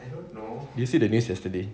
did you see the news yesterday